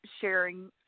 sharing